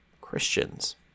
Christians